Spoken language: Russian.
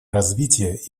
развития